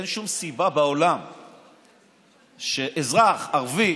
אין שום סיבה בעולם שאזרח ערבי